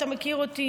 אתה מכיר אותי,